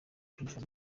kwinjira